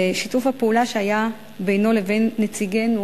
ושיתוף הפעולה שהיה בינו לבין נציגנו